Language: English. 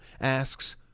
asks